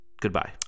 Goodbye